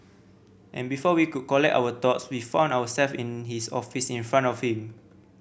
and before we could collect our thoughts we found ourselves in his office in front of him